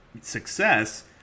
success